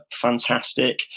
fantastic